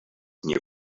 new